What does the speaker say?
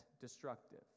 destructive